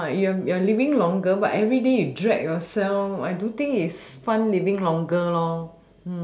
ya your living longer but everyday you drag yourself I don't think it's fun living longer